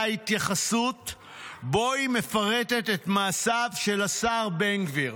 התייחסות שבה היא מפרטת את מעשיו של השר בן גביר.